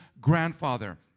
grandfather